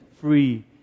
free